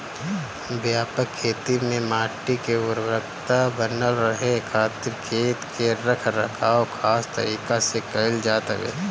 व्यापक खेती में माटी के उर्वरकता बनल रहे खातिर खेत के रख रखाव खास तरीका से कईल जात हवे